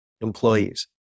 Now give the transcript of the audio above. employees